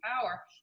power